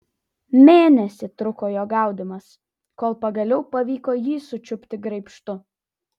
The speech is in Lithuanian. mėnesį truko jo gaudymas kol pagaliau pavyko jį sučiupti graibštu